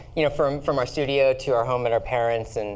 you know, from from our studio to our home at our parents, and